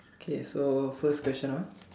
okay so first question ah